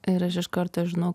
ir aš iš karto žinau